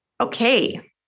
Okay